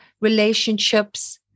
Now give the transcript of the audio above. relationships